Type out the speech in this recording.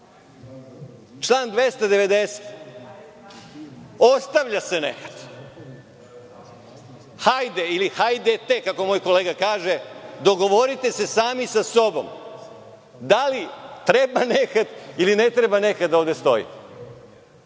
član 290. ostavlja se nehat. Hajde ili hajdete, kako moj kolega kaže, dogovorite se sami sa sobom da li treba nehat ili ne treba nehat ovde da